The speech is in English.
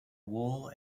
wool